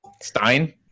Stein